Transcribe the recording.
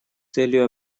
целью